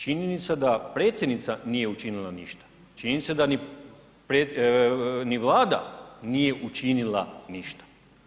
Činjenica da predsjednica nije učinila ništa, činjenica da ni Vlada nije učinila ništa.